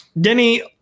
Denny